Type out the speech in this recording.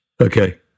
Okay